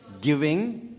Giving